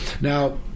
Now